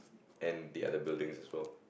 and the other building as well